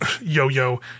yo-yo